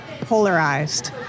polarized